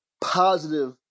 positive